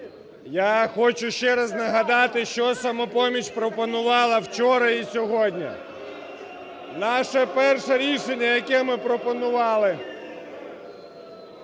Я хочу ще раз нагадати, що "Самопоміч" пропонувала вчора і сьогодні. Наше перше рішення, яке ми пропонували…